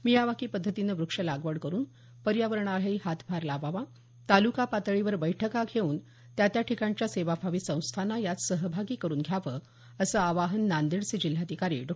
Miyawaki पद्धतीने व्रक्षलागवड करून पर्यावरणालाही हातभार लावावा तालुका पातळीवर बैठका घेऊन त्या त्या ठिकाणच्या सेवाभावी संस्थांना यात सहभाग करुन घ्यावं असं आवाहन नांदेडचे जिल्हाधिकारी डॉ